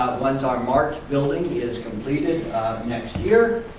once our mark building is completed next year.